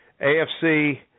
AFC